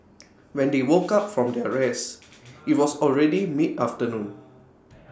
when they woke up from their rest IT was already midafternoon